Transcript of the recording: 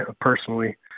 personally